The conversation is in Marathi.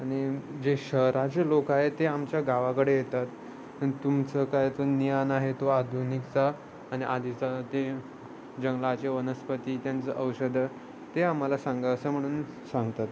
आणि जे शहराचे लोकं आहेत ते आमच्या गावाकडे येतात आणि तुमचं काय तो ज्ञान आहे तो आधुनिकचा आणि आधीचा ते जंगलाचे वनस्पती त्यांचं औषधं ते आम्हाला सांगा असं म्हणून सांगतात